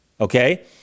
okay